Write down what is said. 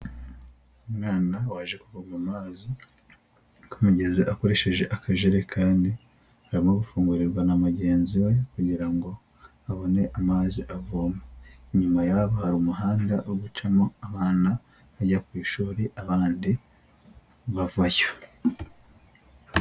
Umwana waje kuvoma amazi ku mugezi akoresheje akajerekani arimo gufungurirwa na mugenzi we kugirango abone amazi avoma, inyuma yabo hari umuhanda wo gucamo abana bajya ku ishuri abandi bavayo.